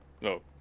No